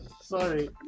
Sorry